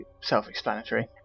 self-explanatory